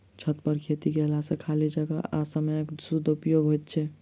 छतपर खेती कयला सॅ खाली जगह आ समयक सदुपयोग होइत छै